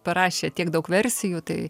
parašė tiek daug versijų tai